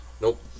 Nope